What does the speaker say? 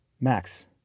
Max